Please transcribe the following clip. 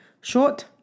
short